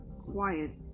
quiet